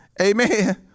amen